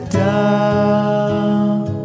down